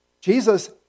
Jesus